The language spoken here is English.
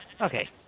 Okay